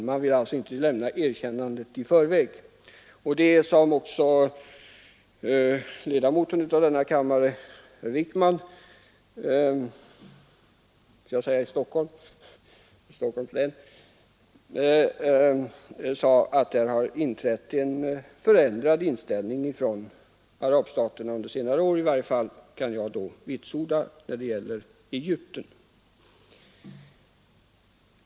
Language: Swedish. Man ville alltså inte lämna erkännandet i förväg. Att det, såsom också herr Wijkman sade, har inträtt en förändring i arabstaternas inställning till Israel — under senare år i varje fall — kan jag alltså vitsorda då det gäller Egypten.